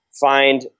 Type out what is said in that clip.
find